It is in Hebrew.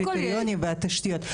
קריטריונים ותשתיות.